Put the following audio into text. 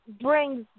brings